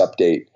update